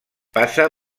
passa